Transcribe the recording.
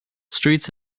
streets